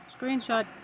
screenshot